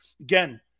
again